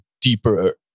deeper